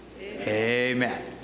amen